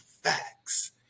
facts